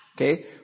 Okay